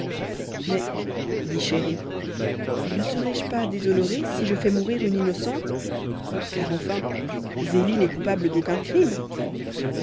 mais dit chéri ne serai-je pas déshonoré si je fais mourir une innocente car enfin zélie n'est coupable d'aucun crime